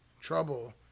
trouble